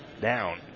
down